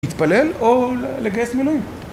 להתפלל או לגייס מילואים